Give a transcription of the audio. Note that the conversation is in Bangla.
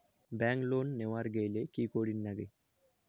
ব্যাংক লোন নেওয়ার গেইলে কি করীর নাগে?